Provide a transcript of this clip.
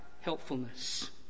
helpfulness